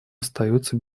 остаются